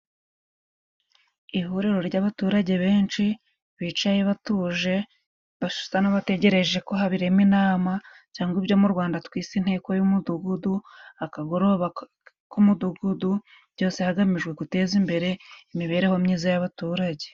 Ihuriro ry'abaturage benshi bicaye batuje basa n'abategereje ko harema inama, cyangwa ibyo mu Rwanda twise inteko y'umudugudu akagoroba k'umudugudu, byose hagamijwe guteza imbere imibereho myiza y'abaturage.